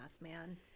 man